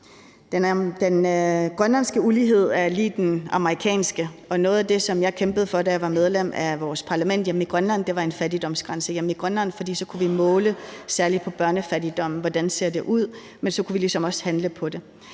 Den grønlandske ulighed er lig den amerikanske, og noget af det, jeg kæmpede for, da jeg var medlem af vores parlament hjemme i Grønland, var en fattigdomsgrænse hjemme i Grønland, for så kunne vi måle på særlig børnefattigdommen, altså hvordan det ser ud, og så kunne vi ligesom også handle på det.